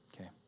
okay